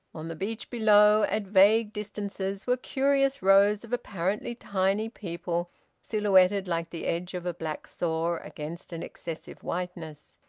on the beach below, at vague distances were curious rows of apparently tiny people silhouetted like the edge of a black saw against an excessive whiteness.